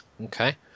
Okay